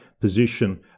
position